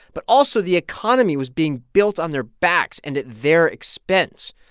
but also the economy was being built on their backs and at their expense.